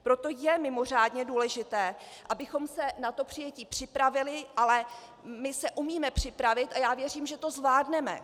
Proto je mimořádně důležité, abychom se na to přijetí připravili, ale my se umíme připravit, a věřím, že to zvládneme.